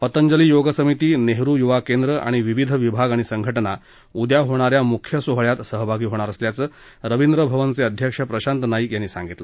पतंजली योग समिती नेहरु युवा केंद्र आणि विविध विभाग आणि संघटना उद्या होणा या मुख्य सोहळ्यात सहभागी होणार असल्याचं रविंद्र भवनये अध्यक्ष प्रशांत नाईक यांनी सांगितलं